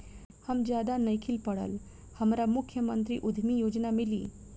हम ज्यादा नइखिल पढ़ल हमरा मुख्यमंत्री उद्यमी योजना मिली?